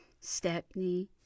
Stepney